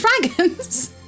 dragons